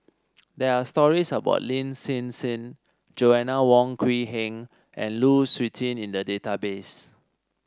there are stories about Lin Hsin Hsin Joanna Wong Quee Heng and Lu Suitin in the database